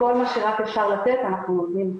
מכל מה שרק אפשר לתת, אנחנו נותנים.